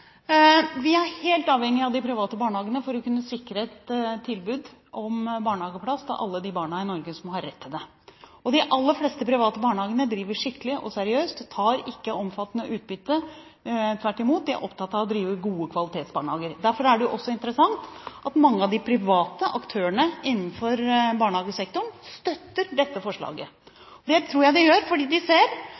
Vi er helt avhengige av de private barnehagene for å kunne sikre et tilbud om barnehageplass til alle de barna i Norge som har rett til det. De aller fleste private barnehagene driver skikkelig og seriøst og tar ikke omfattende utbytte. Tvert imot, de er opptatt av å drive gode kvalitetsbarnehager. Derfor er det også interessant at mange av de private aktørene innenfor barnehagesektoren støtter dette forslaget. Det tror jeg de gjør fordi de ser